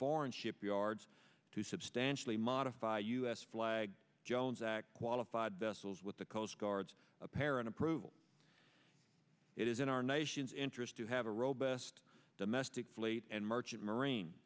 foreign shipyards to substantially modify u s flag jones act qualified vessels with the coast guard's apparent approval it is in our nation's interest to have a robust domestic slate and merchant marine